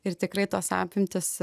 ir tikrai tos apimtys